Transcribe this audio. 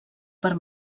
per